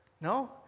No